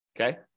okay